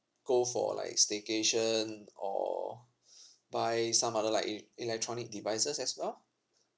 go for like staycation or buy some other like el~ electronic devices as well